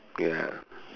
ya